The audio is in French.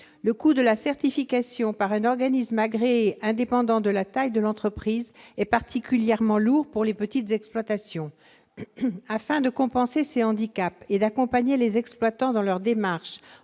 le coût de la certification par un organisme agréé, indépendant de la taille de l'entreprise, est particulièrement lourd pour les petites exploitations. Afin de compenser ces handicaps et d'accompagner les exploitants dans leur démarche